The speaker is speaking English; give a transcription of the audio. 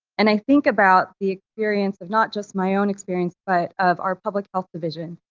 and i think about the experience of not just my own experience, but of our public health division,